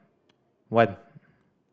one